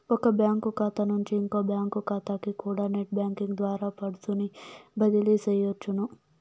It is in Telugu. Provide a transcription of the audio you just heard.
ఒక బ్యాంకు కాతా నుంచి ఇంకో బ్యాంకు కాతాకికూడా నెట్ బ్యేంకింగ్ ద్వారా ఫండ్సుని బదిలీ సెయ్యొచ్చును